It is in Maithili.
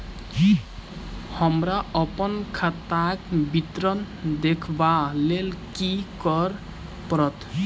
हमरा अप्पन खाताक विवरण देखबा लेल की करऽ पड़त?